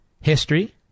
history